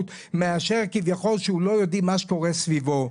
מאשר כביכול שלא יודעים מה שקורה סביבו.